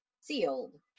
sealed